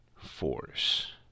force